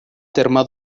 terme